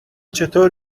چطور